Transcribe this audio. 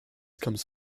comes